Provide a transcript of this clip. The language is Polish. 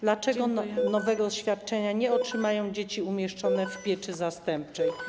Dlaczego nowego świadczenia nie otrzymają dzieci umieszczone w pieczy zastępczej?